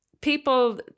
people